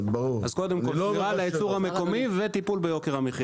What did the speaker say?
אז קודם כל שמירה על הייצור המקומי וטיפול ביוקר המחיה.